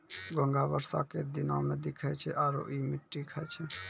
घोंघा बरसा के दिनोॅ में दिखै छै आरो इ मिट्टी खाय छै